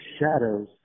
shadows